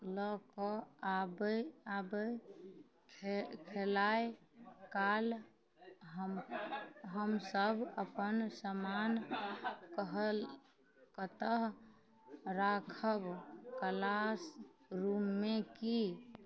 लऽ कऽ आबै आबै खे खेलाइ काल हम हमसभ अपन समान पहल कतए राखब किलास रूममे कि